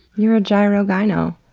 you're a gyro gyno.